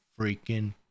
freaking